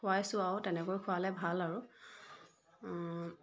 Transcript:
খুৱাইছোঁ আৰু তেনেকৈ খোৱালে ভাল আৰু